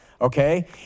Okay